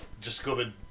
discovered